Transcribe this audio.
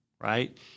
right